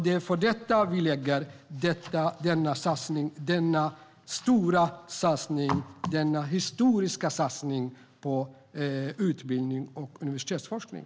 Det är för detta som vi gör denna historiskt stora satsning på utbildning och universitetsforskning.